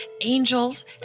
angels